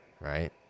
right